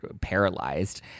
paralyzed